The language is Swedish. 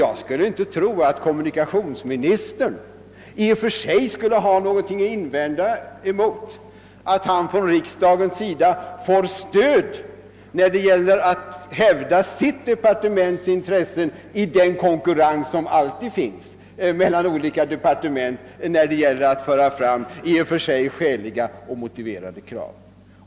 Jag tror inte att kommunikationsministern i och för sig har någonting att invända mot att han får stöd av riksdagen när det gäller att hävda hans departements intressen i den konkurrens som alltid finns mellan olika departement, som kan föra fram i och för sig skäliga och motiverade krav.